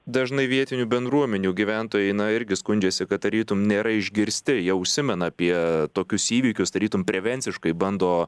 dažnai vietinių bendruomenių gyventojai na irgi skundžiasi kad tarytum nėra išgirsti jie užsimena apie tokius įvykius tarytum prevenciškai bando